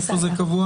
איפה זה קבוע?